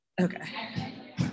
Okay